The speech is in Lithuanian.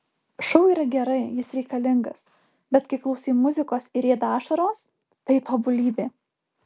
šou yra gerai jis reikalingas bet kai klausai muzikos ir rieda ašaros tai tobulybė